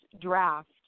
draft